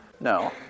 No